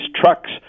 trucks